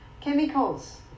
Chemicals